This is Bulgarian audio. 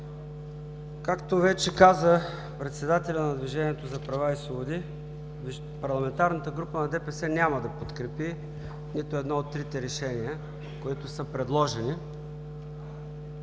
Както вече каза председателят на Движението за права и свободи, парламентарната група на ДПС няма да подкрепи нито едно от трите решения, които са предложени,